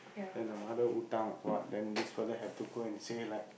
then the mother hutang or what then this fella have to go and say like